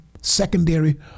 secondary